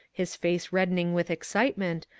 his face reddening with excitement,